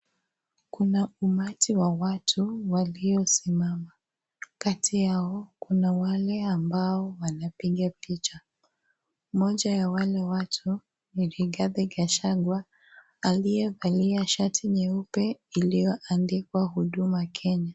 Kuna umati wa watu walio simama kati yao kuna wale ambao wanapiga picha, mmoja ya wale watu ni Righathi Gachagua aliyevalia shati nyeupe iliyoandikwa huduma Kenya.